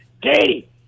Katie